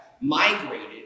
migrated